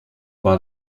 war